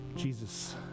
Jesus